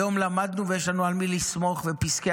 היום למדנו ויש לנו על מי לסמוך ופסקי